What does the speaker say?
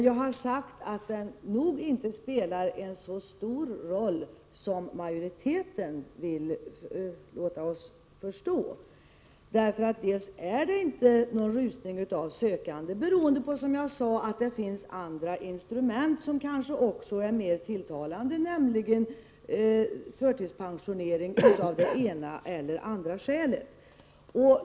Jag har sagt att den nog inte spelar så stor roll som majoriteten vill låta förstå. Det är inte någon rusning av sökande, beroende på att det finns andra instrument som kanske är mer tilltalande, nämligen förtidspensionering, av det ena eller andra skälet.